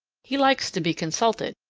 he likes to be consulted,